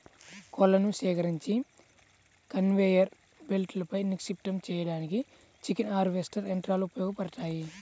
కోళ్లను సేకరించి కన్వేయర్ బెల్ట్పై నిక్షిప్తం చేయడానికి చికెన్ హార్వెస్టర్ యంత్రాలు ఉపయోగపడతాయి